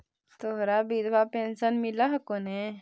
तोहरा विधवा पेन्शन मिलहको ने?